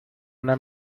una